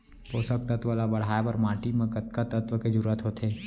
पोसक तत्व ला बढ़ाये बर माटी म कतका तत्व के जरूरत होथे?